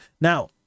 Now